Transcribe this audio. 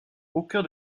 aucun